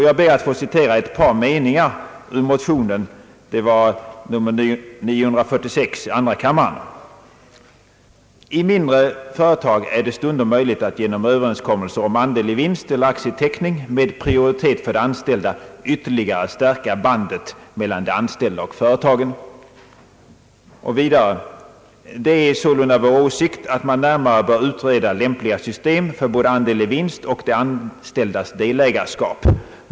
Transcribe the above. Jag ber att få citera ett par meningar ur motionen nr II: 496: »I mindre företag är det stundom möjligt att genom Ööverenskommelser om andel i vinst eller aktieteckning med prioritet för de anställda ytterligare stärka bandet mellan de anställda och företagen.» Vidare heter det: »Det är sålunda vår åsikt att man närmare bör utreda lämpliga system för både andel i vinst och de anställdas delägarskap.